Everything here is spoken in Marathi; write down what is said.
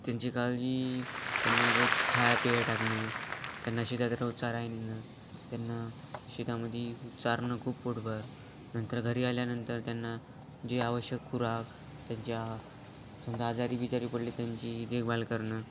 त्यांची काळजी त्यांना रोज खाया पिया टाकणं त्यांना शेतात रोज चराय नेणं त्यांना शेतामध्ये चारणं खूप पोटभर नंतर घरी आल्यानंतर त्यांना जे आवश्यक खुराक त्यांच्या समजा आजारी बिजारी पडली त्यांची देखभाल करणं